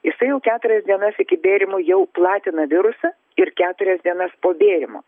jisai jau keturias dienas iki bėrimų jau platina virusą ir keturias dienas po bėrimo